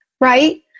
right